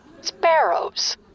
Sparrows